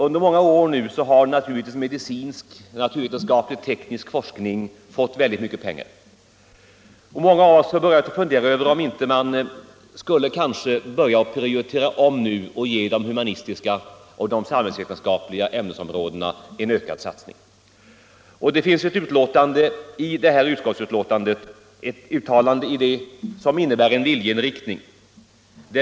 Under åtskilliga år har medicinsk, naturvetenskaplig och teknisk forskning fått mycket pengar. Många av oss har börjat fundera över om man inte nu skall börja prioritera om och ge de humanistiska och samhällsvetenskapliga ämnesområdena en ökad satsning. Det finns ett uttalande i utskottsbetänkandet som innebär en viljeinriktning.